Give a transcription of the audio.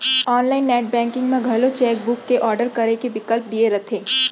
online net banking म घलौ cheque book के आडर करे के बिकल्प दिये रथे